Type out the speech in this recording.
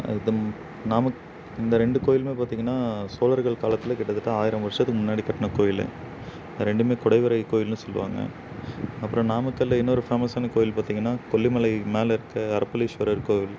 அது நாமக் இந்த ரெண்டு கோயிலுமே பார்த்தீங்கன்னா சோழர்கள் காலத்தில் கிட்டத்தட்ட ஆயிரம் வருஷத்துக்கு முன்னாடி கட்டின கோயில் ரெண்டுமே குடைவரை கோயில்னு சொல்லுவாங்க அப்புறம் நாமக்கல்லில் இன்னொரு ஃபேமஸான கோயில் பார்த்தீங்கன்னா கொல்லிமலை மேலே இருக்க அரப்பளீஷ்வரர் கோவில்